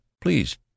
Please